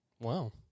Wow